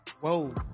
Whoa